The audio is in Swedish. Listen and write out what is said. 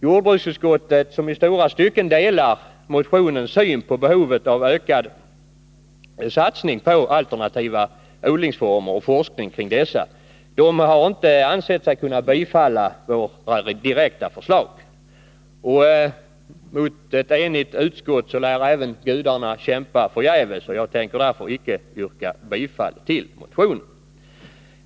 Jordbruksutskottet, som i stora stycken delar motionens syn på behovet av ökad satsning på alternativa odlingsformer och forskning kring dessa, har inte ansett sig kunna tillstyrka våra direkta förslag. Mot ett enigt utskott lär även gudarna kämpa förgäves, och jag tänker därför icke yrka bifall till motionen.